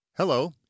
Hello